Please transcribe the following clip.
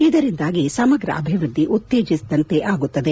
ಇದರಿಂದಾಗಿ ಸಮಗ್ರ ಅಭಿವೃದ್ಧಿ ಉತ್ತೇಜಿಸಿದಂತಾಗುತ್ತದೆ